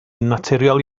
naturiol